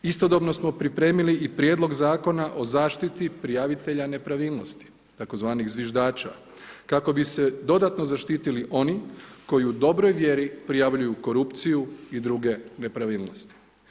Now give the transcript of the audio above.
Istodobno smo pripremili i prijedlog zakona o zaštiti prijavitelja nepravilnosti, tzv. zviždača kako bi se dodatno zaštitili oni koji u dobroj vjeri prijavljuju korupciju i druge nepravilnosti.